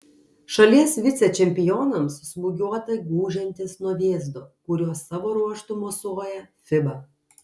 šalies vicečempionams smūgiuota gūžiantis nuo vėzdo kuriuo savo ruožtu mosuoja fiba